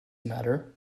matter